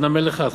עוד נמל אחד,